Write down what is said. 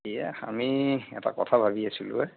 এইয়া আমি এটা কথা ভাবি আছিলোঁ ঐ